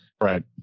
Right